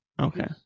okay